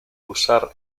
usar